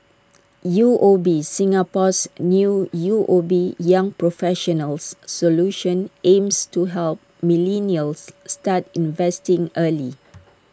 U O B Singapore's new U O B young professionals solution aims to help millennials start investing early